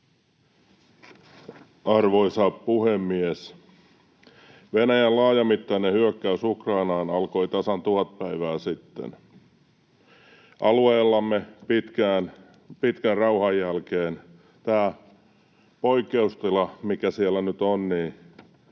Arvoisa puhemies! Venäjän laajamittainen hyökkäys Ukrainaan alkoi tasan tuhat päivää sitten. Alueellamme pitkän rauhan jälkeen tämä poikkeustila, mikä siellä nyt on,